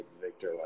Victor